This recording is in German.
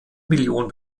million